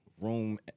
room